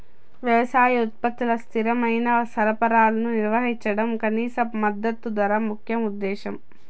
వ్యవసాయ ఉత్పత్తుల స్థిరమైన సరఫరాను నిర్వహించడం కనీస మద్దతు ధర ముఖ్య ఉద్దేశం